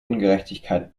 ungerechtigkeit